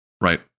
right